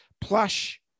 plush